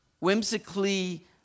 whimsically